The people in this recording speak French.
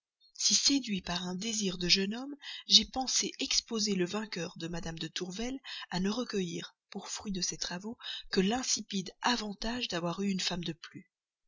si séduit par un désir de jeune homme j'ai pensé exposer le vainqueur de mme de tourvel à ne recueillir pour fruit de ses travaux que l'insipide avantage d'avoir eu une femme de plus